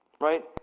right